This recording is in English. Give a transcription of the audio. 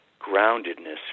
groundedness